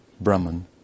Brahman